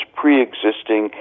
pre-existing